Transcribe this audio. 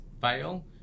fail